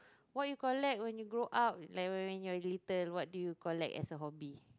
what you collect when you grow up it like when you are little what do you collect as a hobby